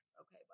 Okay